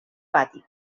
pati